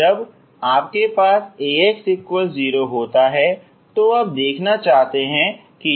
जब आपके पास AX 0 होता है तो आप देखना चाहते हैं कि यह A क्या है